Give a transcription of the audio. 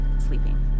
sleeping